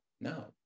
No